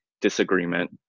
disagreement